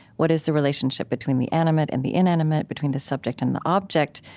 what is the relationship between the animate and the inanimate, between the subject and the object?